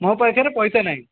ମୋ ପାଖରେ ପଇସା ନାହିଁ